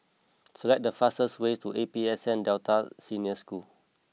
select the fastest way to A P S N Delta Senior School